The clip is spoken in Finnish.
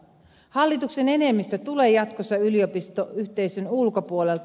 hallituksen enemmistö tulee jatkossa yliopistoyhteisön ulkopuolelta